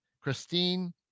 Christine